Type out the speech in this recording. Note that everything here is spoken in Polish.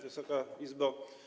Wysoka Izbo!